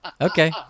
Okay